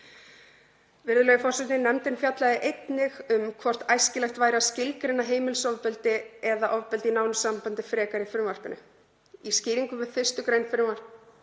Virðulegi forseti. Nefndin fjallaði einnig um hvort æskilegt væri að skilgreina heimilisofbeldi eða ofbeldi í nánu sambandi frekar í frumvarpinu. Í skýringum við 1. gr. frumvarpsins